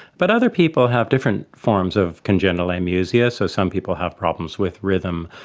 but other people have different forms of congenital amusia. so some people have problems with rhythm,